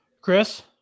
Chris